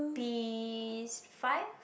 P s~ five